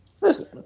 Listen